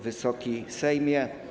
Wysoki Sejmie!